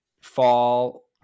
fall